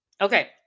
Okay